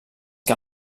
que